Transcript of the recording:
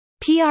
PR